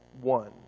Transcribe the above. One